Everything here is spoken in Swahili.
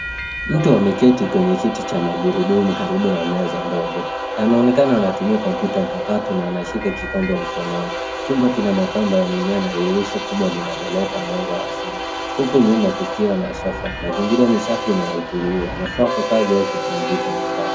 Mtu ameketi kwenye kiti cha magurudumu karibu na meza ndogo. Anaonekana anatumia kompyuta mpakato na anashika kikombe mkononi. Chumba kina mapambo ya mimea na dirisha kubwa linaloleta mwanga wa asili uku nyuma kukiwa na sofa. Mazingira ni safi na ya utulivu. Inafaa kwa kazi au kupumzika nyumbani.